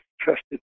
trusted